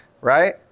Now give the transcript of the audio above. Right